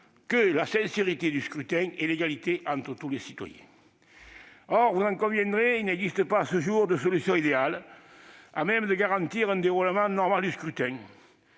que la sincérité du scrutin et l'égalité entre tous les candidats. Or, vous en conviendrez, il n'existe pas à ce jour de solution idéale à même de garantir un déroulement normal du scrutin,